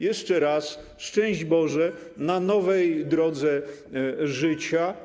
Jeszcze raz: szczęść Boże na nowej drodze życia.